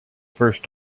first